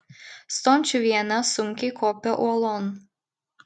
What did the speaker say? stončiuvienė sunkiai kopė uolon